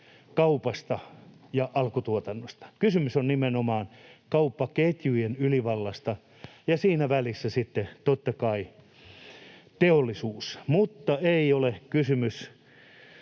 kaupasta ja alkutuotannosta. Kysymys on nimenomaan kauppaketjujen ylivallasta, ja siinä välissä on sitten totta kai teollisuus, mutta ei ole kysymys